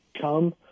come